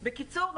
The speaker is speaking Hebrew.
בקיצור,